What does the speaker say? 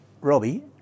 Robbie